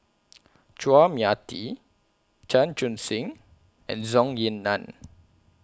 Chua Mia Tee Chan Chun Sing and Zhou Ying NAN